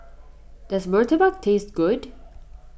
does Murtabak taste good